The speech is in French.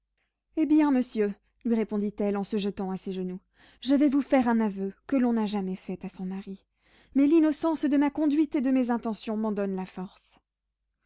eh bien monsieur lui répondit-elle en se jetant à ses genoux je vais vous faire un aveu que l'on n'a jamais fait à son mari mais l'innocence de ma conduite et de mes intentions m'en donne la force